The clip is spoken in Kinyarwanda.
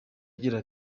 agira